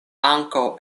ankaŭ